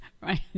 right